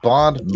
Bond